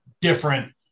different